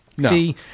See